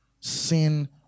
Sin